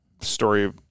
story